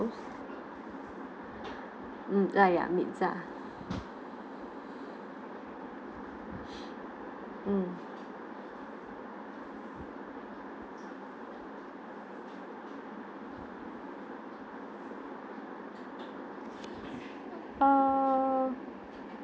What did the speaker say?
mm ah ya meat-za mm err